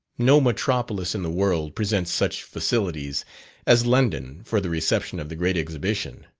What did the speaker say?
no metropolis in the world presents such facilities as london for the reception of the great exhibition,